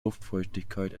luftfeuchtigkeit